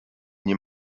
nie